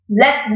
Let